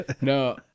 No